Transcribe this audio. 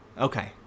Okay